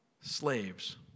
slaves